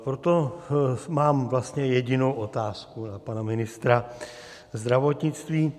Proto mám vlastně jedinou otázku na pana ministra zdravotnictví.